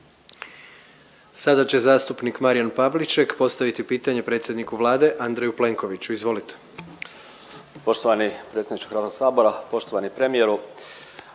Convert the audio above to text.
Sada će zastupnica Draženka Polović postaviti pitanje predsjedniku Vlade Andreju Plenkoviću. Izvolite. **Polović, Draženka (Možemo!)** Poštovani premijeru.